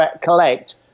collect